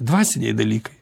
dvasiniai dalykai